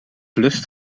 lust